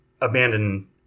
abandon